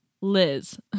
Liz